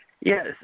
Yes